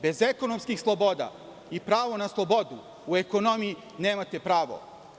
Bez ekonomskih sloboda i pravo na slobodu u ekonomiji, nemate pravo.